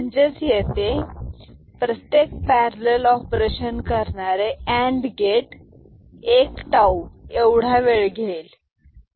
म्हणजेच येथे प्रत्येक पॅरलल ऑपरेशन करणारे अँड गेट एक टाऊ एवढा वेळ घेईल